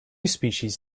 species